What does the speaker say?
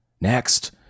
Next